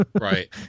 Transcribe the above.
Right